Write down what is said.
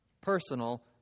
personal